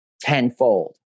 tenfold